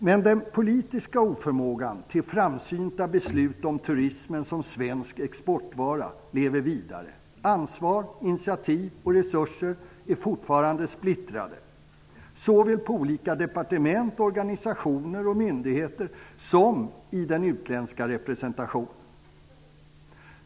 Men den politiska oförmågan till framsynta beslut om turismen som svensk exportvara lever vidare. Ansvar, initiativ och resurser är fortfarande splittrade, såväl på olika departement, organisationer och myndigheter som i den utländska representationen.